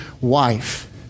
wife